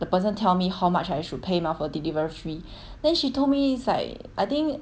the person tell me how much I should pay mah for delivery fee then she told me it's like I think